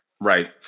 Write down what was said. Right